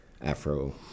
afro